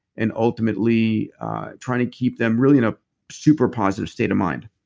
and ultimately trying to keep them really in a super positive state of mind